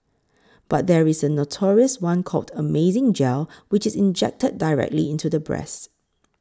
but there is a notorious one called Amazing Gel which is injected directly into the breasts